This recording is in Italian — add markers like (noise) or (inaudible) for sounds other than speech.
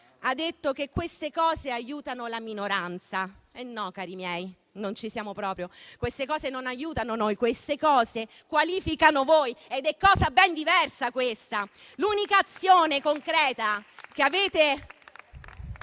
ha detto che queste cose aiutano la minoranza. No, cari miei, non ci siamo proprio: queste cose non aiutano noi. Queste cose qualificano voi e questa è cosa ben diversa. (applause) L'unica azione concreta che avete